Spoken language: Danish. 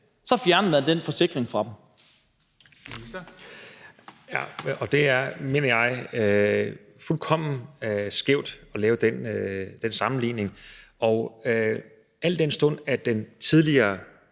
ældreministeren (Magnus Heunicke): Det er, mener jeg, fuldkommen skævt at lave den sammenligning. Al den stund at den tidligere